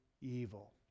evil